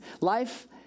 Life